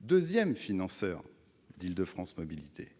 deuxième financeur d'Île-de-France Mobilités,